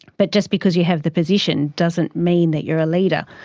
but just because you have the position, doesn't mean that you're a leader.